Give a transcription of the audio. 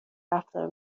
رفتار